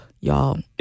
y'all